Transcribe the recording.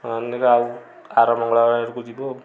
ହଁ ଆଉ ଆର ମଙ୍ଗଳବାର ଆଡ଼କୁ ଯିବୁ ଆଉ